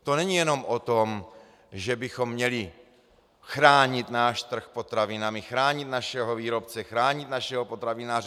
To není jenom o tom, že bychom měli chránit náš trh potravinami, chránit našeho výrobce, chránit našeho potravináře.